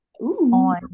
on